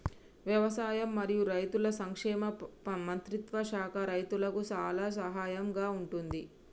వ్యవసాయం మరియు రైతుల సంక్షేమ మంత్రిత్వ శాఖ రైతులకు చాలా సహాయం గా ఉంటుంది